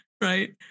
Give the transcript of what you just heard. right